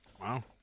Wow